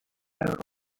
robe